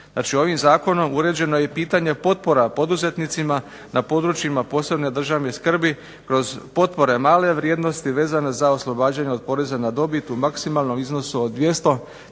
Znači ovim zakonom uređeno je i pitanje potpora poduzetnicima na područjima posebne državne skrbi, kroz potpore male vrijednosti vezane za oslobađanje od poreza na dobit u maksimalnom iznosu od 200 tisuća